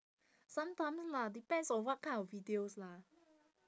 sometimes lah depends on what kind of videos lah